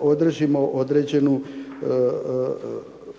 održimo određenu sigurnost